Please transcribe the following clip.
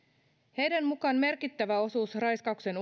heidän mukaansa merkittävä osuus raiskauksen